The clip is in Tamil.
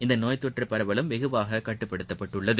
இந்த நோய் தொற்று பரவலும் வெகுவாக கட்டுப்படுத்தப்பட்டுள்ளது